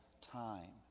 time